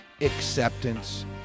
acceptance